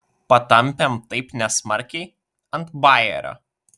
patampėm taip nesmarkiai ant bajerio